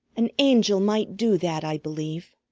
an angel might do that, i believe.